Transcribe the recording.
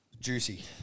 Juicy